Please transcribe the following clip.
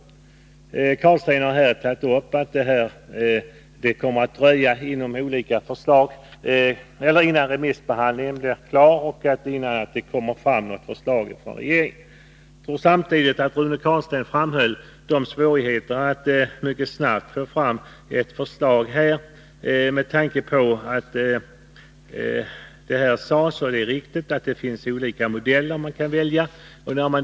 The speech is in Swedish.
Rune Carlstein påpekade att det kommer att dröja innan remissbehandlingen blir klar och innan regeringen lägger fram något förslag. Rune Carlstein framhöll samtidigt, såvitt jag förstod, de svårigheter som finns att snabbt få fram förslag — med tanke på att det, såsom det mycket riktigt påpekas, finns olika modeller att välja på.